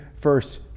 first